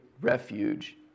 refuge